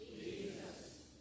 Jesus